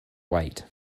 wait